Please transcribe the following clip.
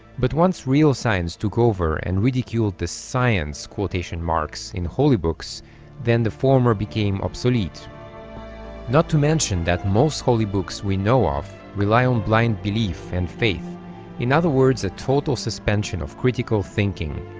but once real science took over and ridiculed the science quotation marks in holy books then the former became obsolete not to mention that most holy books we know of rely on blind belief and faith in other words a total suspension of critical thinking